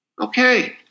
okay